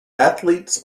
athletes